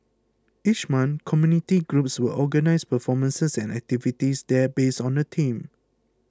each month community groups will organise performances and activities there based on a theme